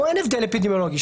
פה אין הבדל אפידמיולוגי,